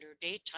daytime